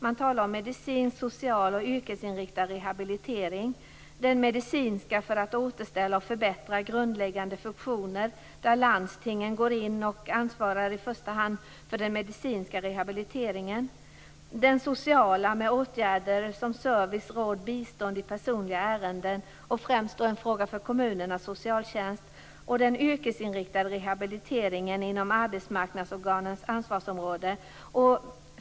Man talar om medicinsk, social och yrkesinriktad rehabilitering - den medicinska för att återställa och förbättra grundläggande funktioner, där landstingen i första hand ansvarar för den medicinska rehabiliteringen; den sociala med åtgärder som service, råd och bistånd i personliga ärenden och, främst en fråga för kommunerna, socialtjänst; den yrkesinriktade rehabiliteringen inom arbetsmarknadsorganens ansvarsområde.